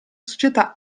società